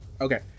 Okay